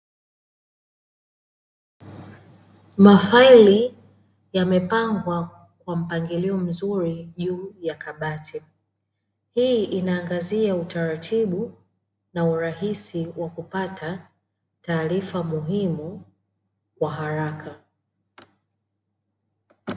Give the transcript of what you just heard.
Mafaili yamepangwa kwa mpangilio mzuri juu ya kabati, hii inaangazia utaratibu na urahisi wa kupata taarifa muhimu kwa haraka.